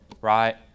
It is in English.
right